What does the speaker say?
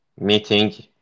meeting